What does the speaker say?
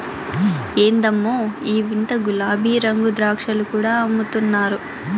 ఎందమ్మో ఈ వింత గులాబీరంగు ద్రాక్షలు కూడా అమ్ముతున్నారు